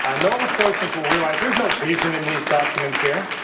and nova scotians will realize there's no vision in these documents here.